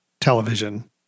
television